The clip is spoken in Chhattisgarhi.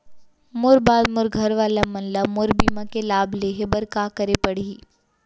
मोर बाद मोर घर वाला मन ला मोर बीमा के लाभ लेहे बर का करे पड़ही?